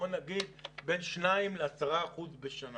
בוא נגיד בין שניים ל-10 אחוזים בשנה.